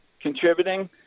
contributing